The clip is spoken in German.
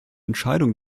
entscheidung